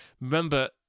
remember